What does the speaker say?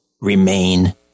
remain